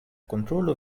kontrolu